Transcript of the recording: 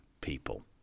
people